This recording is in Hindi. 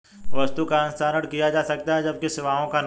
वस्तु का हस्तांतरण किया जा सकता है जबकि सेवाओं का नहीं